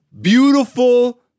beautiful